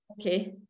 Okay